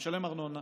הוא משלם ארנונה